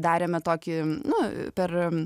darėme tokį nu per